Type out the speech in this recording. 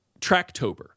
Tracktober